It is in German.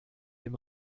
dem